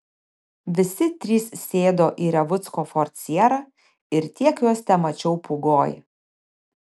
visi trys sėdo į revucko ford sierra ir tiek juos temačiau pūgoj